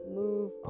move